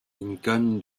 lincoln